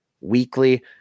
weekly